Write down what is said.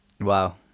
wow